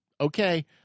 okay